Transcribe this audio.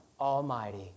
almighty